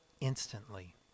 instantly